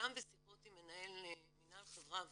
גם בשיחות עם מנהל מינהל חברה ונוער,